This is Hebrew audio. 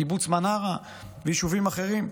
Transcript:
קיבוץ מנרה ויישובים אחרים.